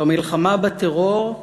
במלחמה בטרור,